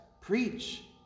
Preach